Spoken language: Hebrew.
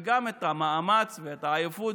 וגם את הכוח למאמץ והעייפות,